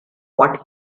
what